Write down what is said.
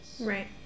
Right